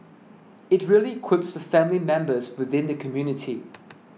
it really equips the family members within the community